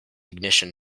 ignition